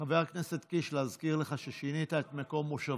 חבר הכנסת קיש, להזכיר לך ששינית את מקום מושבך,